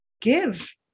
Give